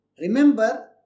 Remember